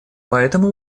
поэтому